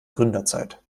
gründerzeit